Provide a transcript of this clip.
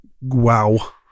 Wow